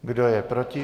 Kdo je proti?